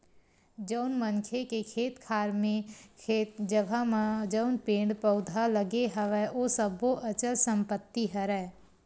जउन मनखे के खेत खार के जघा म जउन पेड़ पउधा लगे हवय ओ सब्बो अचल संपत्ति हरय